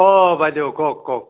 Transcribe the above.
অ বাইদেউ কওক কওক